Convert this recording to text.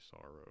sorrow